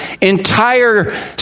entire